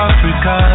Africa